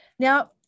Now